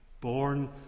born